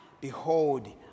Behold